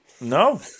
No